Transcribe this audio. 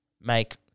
make –